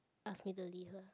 ask me to leave her